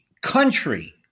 country